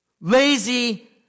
lazy